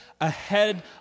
ahead